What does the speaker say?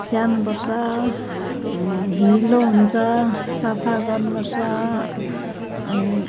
स्याहार्नुपर्छ हिलो हुन्छ सफा गर्नुपर्छ अनि